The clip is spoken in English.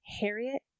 Harriet